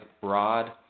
broad